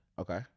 Okay